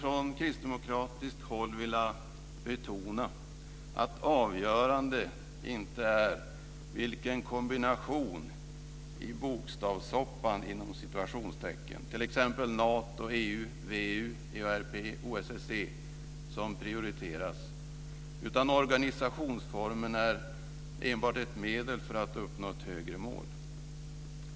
Från kristdemokratiskt håll vill jag betona att det inte är avgörande vilken kombination i "bokstavssoppan", t.ex. Nato, EU, VEU, EARP eller OSSE, som prioriteras. Organisationsformerna är enbart ett medel för att uppnå ett högre mål.